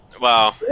Wow